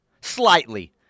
Slightly